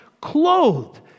clothed